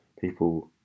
people